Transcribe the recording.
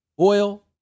oil